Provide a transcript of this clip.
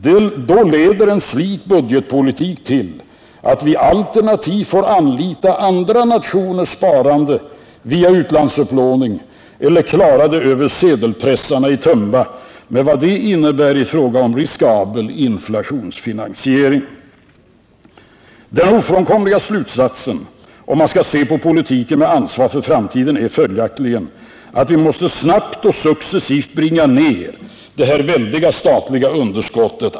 Då leder en slik budgetpolitik till att vi får anlita andra nationers sparande via utlandsupplåning eller klara oss genom sedelpressarna i Tumba med vad detta innebär i fråga om riskabel inflationsfinansiering. Den ofrånkomliga slutsatsen, om man skall se på politiken med ansvar för framtiden, är följaktligen att vi snabbt och successivt måste bringa ned det väldiga statliga underskottet.